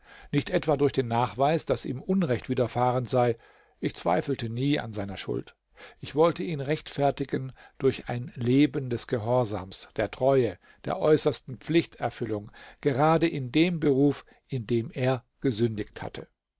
nicht etwa durch den nachweis daß ihm unrecht widerfahren sei ich zweifelte nie an seiner schuld ich wollte ihn rechtfertigen durch ein leben des gehorsams der treue der äußersten pflichterfüllung gerade in dem beruf in dem er gesündigt hatte